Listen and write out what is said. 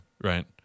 Right